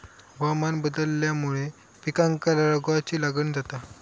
हवामान बदलल्यामुळे पिकांका रोगाची लागण जाता